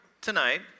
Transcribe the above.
tonight